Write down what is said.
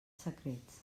secrets